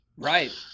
Right